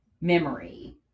memory